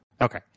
Okay